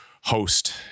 host